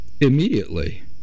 immediately